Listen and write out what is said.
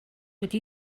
wedi